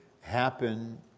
happen